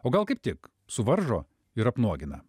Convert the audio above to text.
o gal kaip tik suvaržo ir apnuogina